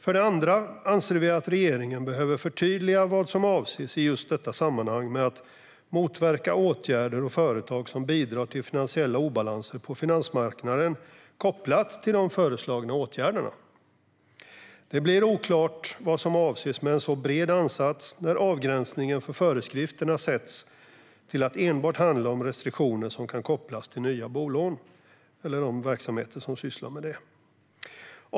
För det andra anser vi att regeringen behöver förtydliga vad som avses i just detta sammanhang med att motverka åtgärder och företag som "bidrar till finansiella obalanser på finansmarknaden", kopplat till de föreslagna åtgärderna. Det blir oklart vad som avses med en så bred ansats när avgränsningen för föreskrifterna sätts till att enbart handla om restriktioner som kan kopplas till nya bolån eller de verksamheter som sysslar med detta.